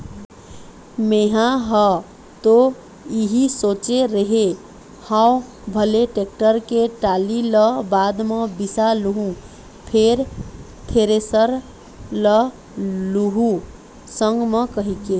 मेंहा ह तो इही सोचे रेहे हँव भले टेक्टर के टाली ल बाद म बिसा लुहूँ फेर थेरेसर ल लुहू संग म कहिके